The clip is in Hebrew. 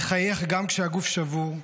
לחייך גם כשהגוף שבור,